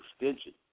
extension